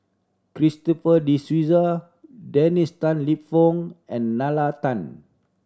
Christopher De Souza Dennis Tan Lip Fong and Nalla Tan